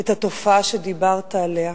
את התופעה שדיברת עליה.